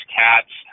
cats